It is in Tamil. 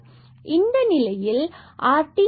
இந்த நிலையில் rt s20 and r0உள்ளது